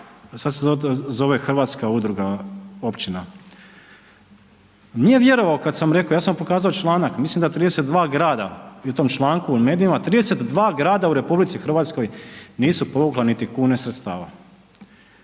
sada se to zove Hrvatska udruga općina, nije vjerovao kada sam rekao, ja sam pokazao članak, mislim da 32 grada i u tom članku i u medijima, 32 grada u RH nisu povukla niti kune sredstava.